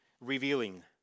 revealing